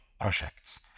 projects